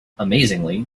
amazingly